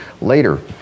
later